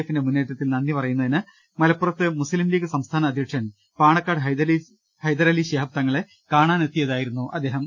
എഫിന്റെ മുന്നേറ്റത്തിൽ നന്ദി പറയുന്നതിന് മലപ്പുറത്ത് മുസ്ലീംലീഗ് സംസ്ഥാന അധ്യക്ഷൻ പാണക്കാട് ഹൈദരലി ശിഹാബ് തങ്ങളെ കാണാനെത്തിയ തായിരുന്നു അദ്ദേഹം